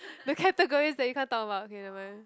the categories that you can't talk about K never mind